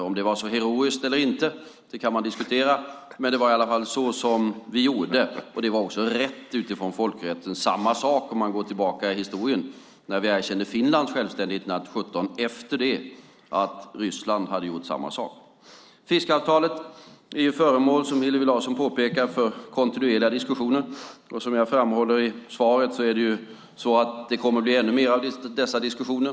Om det var så heroiskt eller inte kan man diskutera, men det var i varje fall så vi gjorde - och det var också rätt med utgångspunkt i folkrätten. Det är samma sak om vi går tillbaka i historien när vi erkände Finlands självständighet 1917 efter det att Ryssland hade gjort samma sak. Fiskeavtalet är föremål, som Hillevi Larsson påpekade, för kontinuerliga diskussioner. Som jag framhöll i svaret kommer det att bli fler diskussioner.